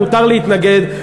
מותר להתנגד,